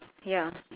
ya